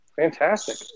fantastic